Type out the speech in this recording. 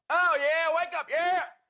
oh yeah. wake up, yeah!